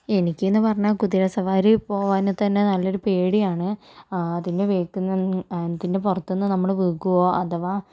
എനിക്കെന്ന് പറഞ്ഞാൽ കുതിര സവാരി പോകാൻ തന്നെ നല്ലൊരു പേടിയാണ് അതിനെ വെയ്ക്കുന്ന അതിൻ്റെ പുറത്തു നിന്ന് നമ്മൾ വീകുവോ അഥവാ